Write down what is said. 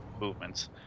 Movements